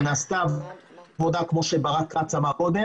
נעשתה עבודה, כמו שאמר קודם ברק כץ.